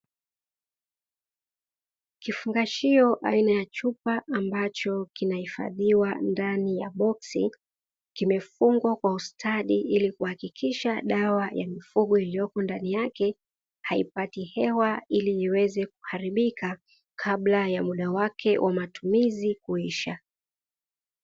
Kifungashio aina ya chupa ambacho kinahifadhiwa ndani ya boksi, kimefungwa kwa ustadi ili kuhakikisha dawa ya mifugo iliyopo ndani yake haipati hewa ili iweze kuharibika kabla ya muda wake wa matumizi kuisha.